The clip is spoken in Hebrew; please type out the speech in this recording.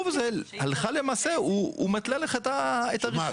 הלכה למעשה, הסירוב הזה מתלה לך את --- שמה?